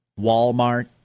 Walmart